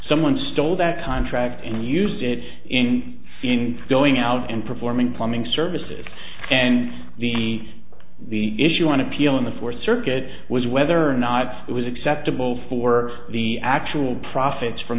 someone stole that contract and used it in going out and performing plumbing services and the the issue on appeal in the fourth circuit was whether or not it was acceptable for the actual profits from